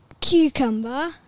cucumber